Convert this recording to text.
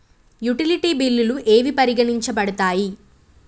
Utility బిల్లులు ఏవి పరిగణించబడతాయి?